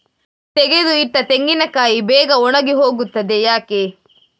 ತೆಗೆದು ಇಟ್ಟ ತೆಂಗಿನಕಾಯಿ ಬೇಗ ಒಣಗಿ ಹೋಗುತ್ತದೆ ಯಾಕೆ?